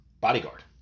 bodyguard